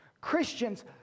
Christians